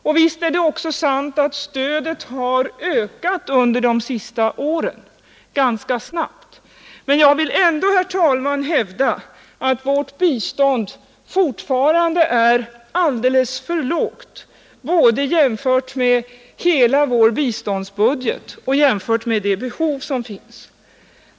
Och visst är det sant att vårt stöd har ökat ganska snabbt under de senaste åren. Men jag vill ändå, herr talman, hävda att vårt bistånd i detta sammanhang fortfarande är alldeles för obetydligt både jämfört med hela vår biståndsbudget och jämfört med det behov som finns.